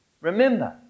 Remember